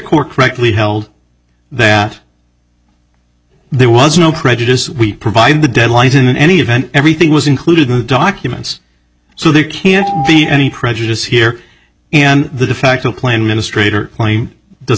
court correctly held that there was no prejudice we provide the deadlines in any event everything was included in the documents so there can't be any prejudice here and the defacto plan ministry